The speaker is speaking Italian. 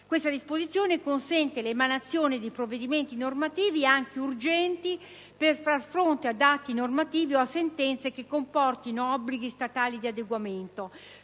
Tale disposizione consente l'emanazione di provvedimenti normativi, anche urgenti, per far fronte ad atti normativi o a sentenze che comportino obblighi statali di adeguamento,